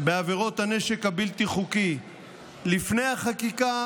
בעבירות הנשק הבלתי-חוקי לפני החקיקה